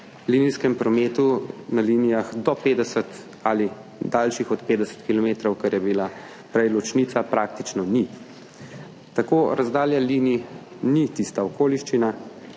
linijskem prometu na linijah do 50 ali daljših od 50 kilometrov, kar je bila prej ločnica, praktično ni. Tako razdalja linij ni tista okoliščina,